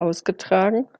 ausgetragen